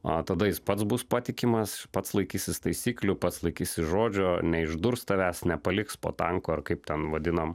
o tada jis pats bus patikimas pats laikysis taisyklių pats laikysis žodžio neišdurs tavęs nepaliks po tanku ar kaip ten vadinam